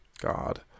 God